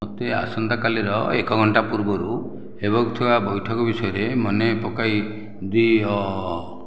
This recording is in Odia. ମୋତେ ଆସନ୍ତାକାଲିର ଏକ ଘଣ୍ଟା ପୂର୍ବରୁ ହେବାକୁ ଥିବା ବୈଠକ ବିଷୟରେ ମନେ ପକାଇ ଦିଅ